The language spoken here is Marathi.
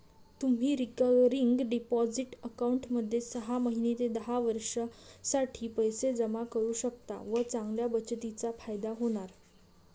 तुम्ही रिकरिंग डिपॉझिट अकाउंटमध्ये सहा महिने ते दहा वर्षांसाठी पैसे जमा करू शकता व चांगल्या बचतीचा फायदा होणार